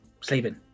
sleeping